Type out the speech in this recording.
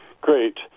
Great